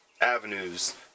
avenues